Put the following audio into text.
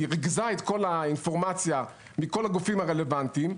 ריכזה את כל האינפורמציה מכל הגופים הרלוונטיים,